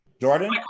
Jordan